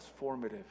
transformative